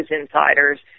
insiders